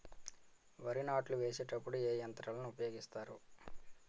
వరి నాట్లు వేసేటప్పుడు ఏ యంత్రాలను ఉపయోగిస్తారు?